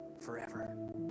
forever